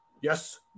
yes